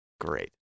great